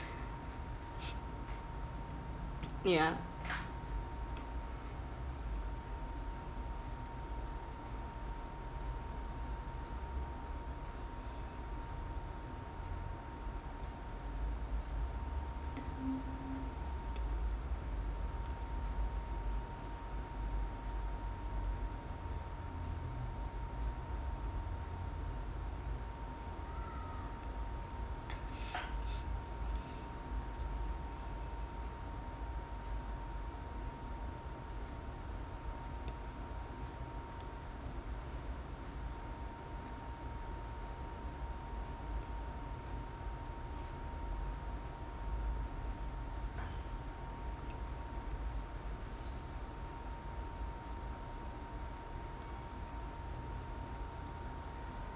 ya